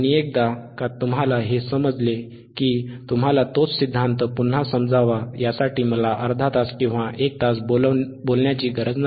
आणि एकदा का तुम्हाला हे समजले की तुम्हाला तोच सिद्धांत पुन्हा समजावा यासाठी मला अर्धा तास किंवा एक तास बोलण्याची गरज नाही